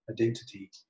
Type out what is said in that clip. identity